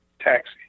Taxi